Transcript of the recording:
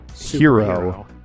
Hero